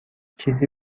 چیزی